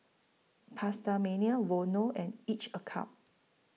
PastaMania Vono and Each A Cup